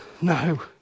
No